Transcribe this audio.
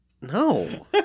No